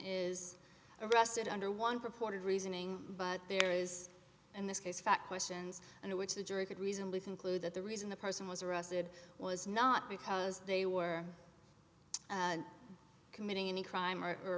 is arrested under one purported reasoning but there is in this case fact questions and in which the jury could reasonably conclude that the reason the person was arrested was not because they were committing any crime or